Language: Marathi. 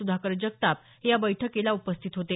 सुधाकर जगताप हे या बैठकीला उपस्थित होते